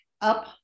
up